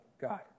God